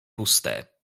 puste